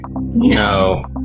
No